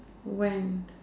when